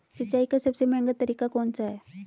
सिंचाई का सबसे महंगा तरीका कौन सा है?